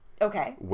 Okay